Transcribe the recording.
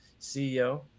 CEO